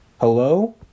Hello